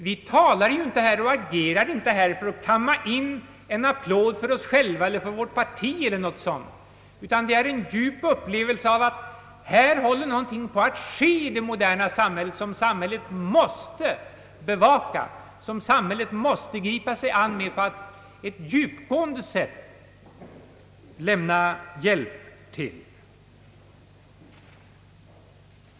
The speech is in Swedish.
Vi talar och agerar inte här för att kamma in en applåd för oss själva eller vårt parti eller något sådant, utan bakom vårt agerande finns en djup upplevelse av att här håller någonting på att ske i det moderna samhället, som samhället måste bevaka, som samhället måste gripa sig an med och på ett djupgående sätt lämna hjälp till.